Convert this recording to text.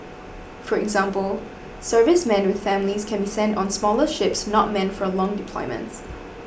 for example servicemen with families can be sent on smaller ships not meant for long deployments